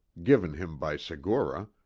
given him by segura,